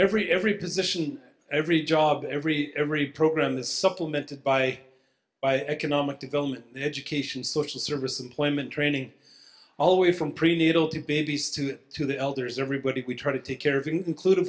every every position every job every every program that supplemented by by economic development education social service employment training all way from prenatal to babies to to the elders everybody we try to take care of including